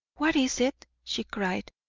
what is it? she cried.